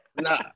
Nah